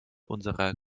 unserer